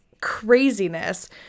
craziness